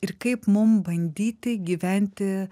ir kaip mum bandyti gyventi